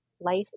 life